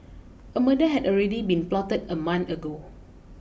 a murder had already been plotted a month ago